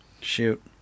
Shoot